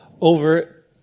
over